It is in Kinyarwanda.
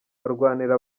barwanira